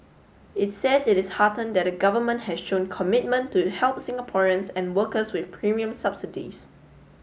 it says it is heartened that the government has shown commitment to help Singaporeans and workers with premium subsidies